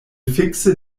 fikse